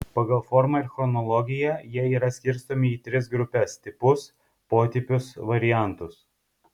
pagal formą ir chronologiją jie yra skirstomi į tris grupes tipus potipius variantus